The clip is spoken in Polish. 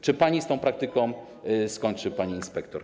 Czy pani z tą praktyką skończy, pani inspektor?